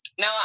No